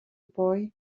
boy